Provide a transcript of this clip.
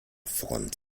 front